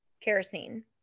kerosene